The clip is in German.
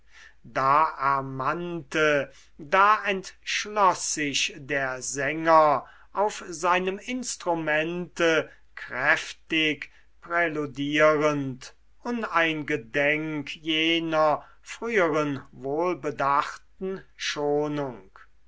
da ermannte da entschloß sich der sänger auf seinem instrumente kräftig präludierend uneingedenk jener früheren wohlbedachten schonung